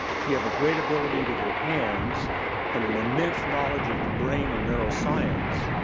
if you have a great ability with your hands and an immense knowledge of the brain and neuroscience,